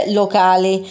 locali